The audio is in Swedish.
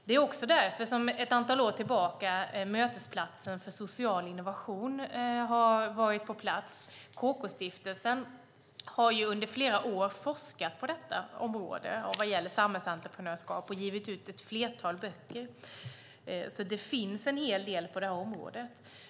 Det är också därför som Mötesplatsen för social innovation och samhällsentreprenörskap finns på plats sedan ett antal år. KK-stiftelsen har under flera år forskat på området samhällsentreprenörskap och givit ut ett flertal böcker. Det finns alltså en hel del på det här området.